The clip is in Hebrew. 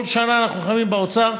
כל שנה אנחנו נלחמים באוצר.